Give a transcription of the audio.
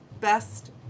best